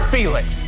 Felix